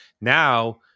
now